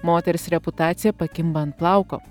moters reputacija pakimba ant plauko